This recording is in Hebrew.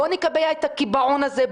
בואו נקבע את הקיפאון הזה.